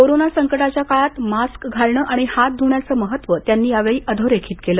corona संकटाच्या काळात mask घालण आणि हात धुण्याचं महत्त्व त्यांनी या वेळी अधोरेखित केलं